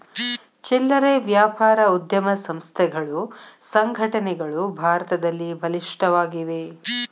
ಚಿಲ್ಲರೆ ವ್ಯಾಪಾರ ಉದ್ಯಮ ಸಂಸ್ಥೆಗಳು ಸಂಘಟನೆಗಳು ಭಾರತದಲ್ಲಿ ಬಲಿಷ್ಠವಾಗಿವೆ